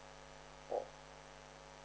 oh